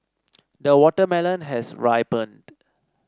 the watermelon has ripened